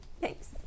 Thanks